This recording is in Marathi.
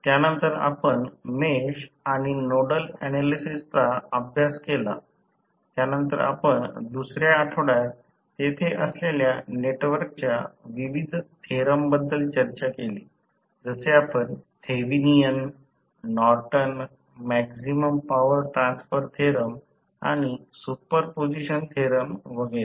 त्यानंतर आपण मेश आणि नोडल ऍनालिसिसचा अभ्यास केला त्यानंतर आपण दुसऱ्या आठवड्यांत तेथे असलेल्या नेटवर्कच्या विविध थेरम बद्दल चर्चा केली जसे आपण Thevenin Norton maximum power transfer theorem आणि सुपर पोजीशन थेरम वगैरे